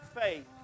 faith